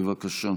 בבקשה.